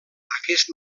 aquest